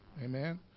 Amen